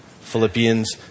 Philippians